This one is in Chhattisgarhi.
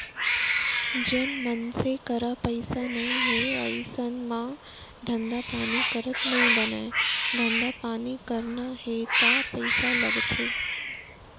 जेन मनसे करा पइसा नइ हे अइसन म धंधा पानी करत नइ बनय धंधा पानी करना हे ता पइसा लगथे